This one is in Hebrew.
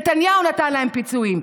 נתניהו נתן להם פיצויים,